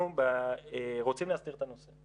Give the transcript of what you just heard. אנחנו רוצים להסדיר את הנושא,